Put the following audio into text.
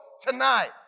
tonight